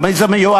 למי זה מיועד?